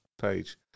page